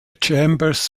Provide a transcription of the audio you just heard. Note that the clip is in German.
chambers